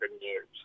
years